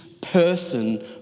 person